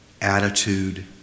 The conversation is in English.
attitude